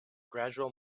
gradual